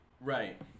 Right